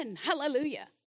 Hallelujah